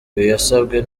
yasabwe